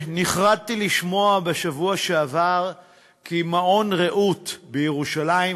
נחרדתי לשמוע בשבוע שעבר כי מעון "רעות" בירושלים,